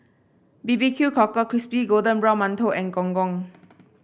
B B Q Cockle Crispy Golden Brown Mantou and Gong Gong